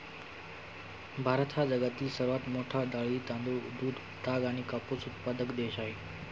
भारत हा जगातील सर्वात मोठा डाळी, तांदूळ, दूध, ताग आणि कापूस उत्पादक देश आहे